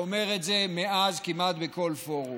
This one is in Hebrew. והוא אומר את זה מאז כמעט בכל פורום.